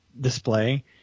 display